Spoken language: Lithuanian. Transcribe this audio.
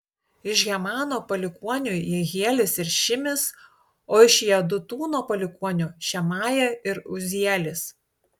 iš hemano palikuonių jehielis ir šimis o iš jedutūno palikuonių šemaja ir uzielis